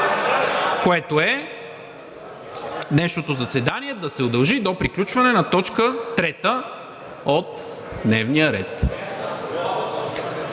което е днешното заседание да се удължи до приключване на т. 3 от дневния ред